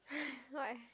why